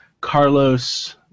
Carlos